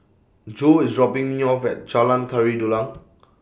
Jo IS dropping Me off At Jalan Tari Dulang